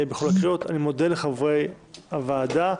אני מודה לחברי הוועדה.